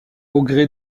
gré